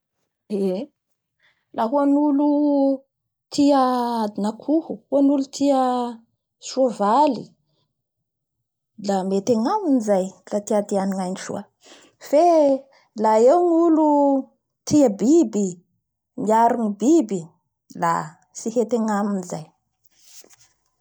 Eee! laha ho an'olo tia ady na akoho, ho an'olo tia soavaly la mety agnaminy zay la titiany ainy soa. Fe la eo gnolo tia ny biby, miaro ny biby la tsy hety agnaminy zay.